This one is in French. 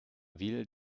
ville